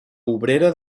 obrera